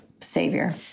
savior